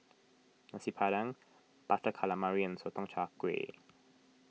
Nasi Padang Butter Calamari and Sotong Char Kway